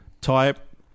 type